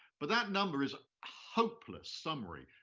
but that number is a hopeless summary.